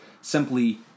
simply